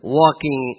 walking